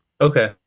Okay